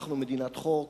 אנחנו מדינת חוק,